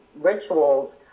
rituals